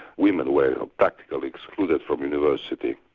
women were practically excluded from university.